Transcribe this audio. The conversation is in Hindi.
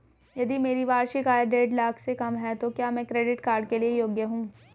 यदि मेरी वार्षिक आय देढ़ लाख से कम है तो क्या मैं क्रेडिट कार्ड के लिए योग्य हूँ?